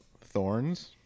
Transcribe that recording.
thorns